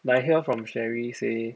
I hear from cheri say